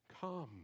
Come